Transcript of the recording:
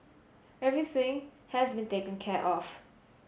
everything has been taken care of